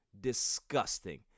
Disgusting